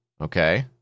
Okay